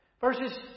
verses